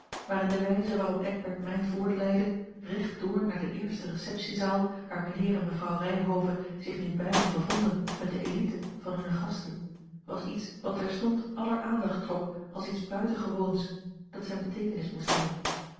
maar in de wijze waarop eckbert mij voortleidde recht door naar de eerste receptiezaal waar mijnheer en mevrouw ryhove zich nu beiden bevonden met de elite van hunne gasten was iets wat terstond aller aandacht trok als iets buitengewoons dat zijne beteekenis moest hebben